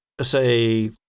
say